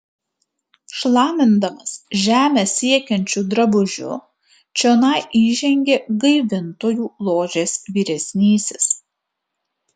šlamindamas žemę siekiančiu drabužiu čionai įžengė gaivintojų ložės vyresnysis